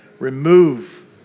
remove